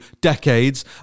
decades